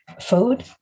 food